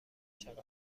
چقدر